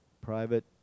private